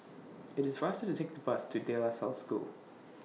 IT IS faster to Take The Bus to De La Salle School